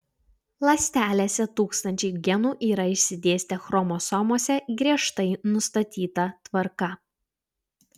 ląstelėse tūkstančiai genų yra išsidėstę chromosomose griežtai nustatyta tvarka